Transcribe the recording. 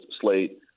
slate